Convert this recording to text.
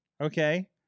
okay